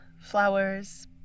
flowers